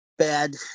Bad